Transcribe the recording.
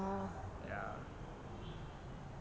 orh